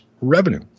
Revenue